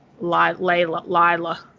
lila